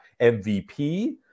MVP